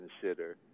consider